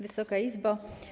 Wysoka Izbo!